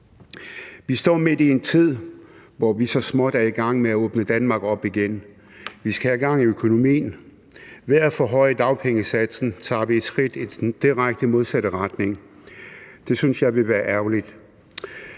Vi står midt i en tid, hvor vi så småt er i gang med at åbne Danmark op igen. Vi skal have gang i økonomien. Ved at forhøje dagpengesatsen tager vi et skridt i den direkte modsatte retning. Det synes jeg ville være ærgerligt.